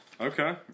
Okay